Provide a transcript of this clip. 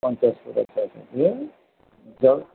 পঞ্চাশ ফুট আচ্ছা আচ্ছা জল